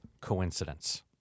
coincidence